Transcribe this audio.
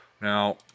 Now